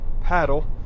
paddle